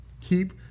keep